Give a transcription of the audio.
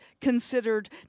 considered